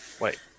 Wait